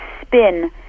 spin